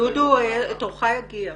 תורך יגיע.